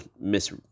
miss